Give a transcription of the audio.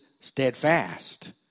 steadfast